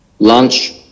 lunch